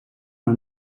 nou